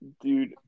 Dude